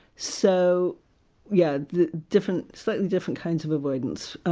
so yeah, the different slightly different kinds of avoidance.